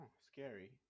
scary